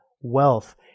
wealth